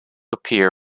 appear